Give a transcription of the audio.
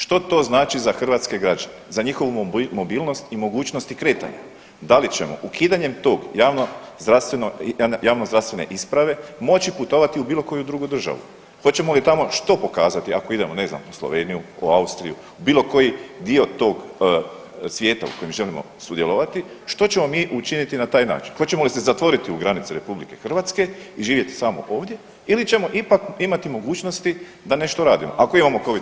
Što to znači za hrvatske građane, za njihovu mobilnost i mogućnosti kretanja, da li ćemo ukidanjem tog javnozdravstvene isprave moći putovati u bilo koju drugu državu, hoćemo li tamo što pokazati ako idemo ne znam u Sloveniju, u Austriju, u bilo koji dio tog svijeta u kojem želimo sudjelovati, što ćemo mi učiniti na taj način, hoćemo li se zatvoriti u granice RH i živjeti samo ovdje ili ćemo ipak imati mogućnosti da nešto radimo ako imamo covid potvdu?